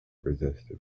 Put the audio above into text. resisted